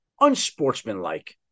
unsportsmanlike